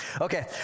Okay